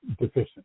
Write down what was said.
deficient